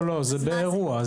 זה באירוע.